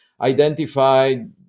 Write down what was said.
identified